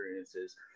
experiences